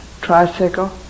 tricycle